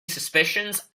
suspicions